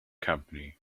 company